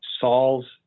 solves